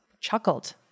chuckled